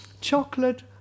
chocolate